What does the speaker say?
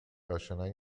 آشنایی